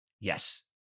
yes